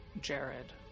Jared